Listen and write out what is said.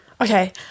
Okay